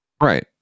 Right